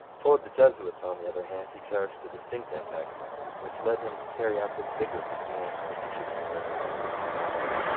towards the jesuits, on the other hand, he cherished a distinct antagonism which led him to carry out with vigour the command that he should keep their power within bounds.